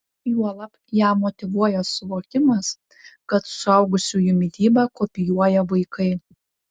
juolab ją motyvuoja suvokimas kad suaugusiųjų mitybą kopijuoja vaikai